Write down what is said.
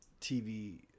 TV